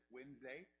Wednesday